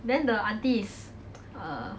then the aunties err